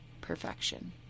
perfection